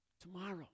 Tomorrow